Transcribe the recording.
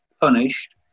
punished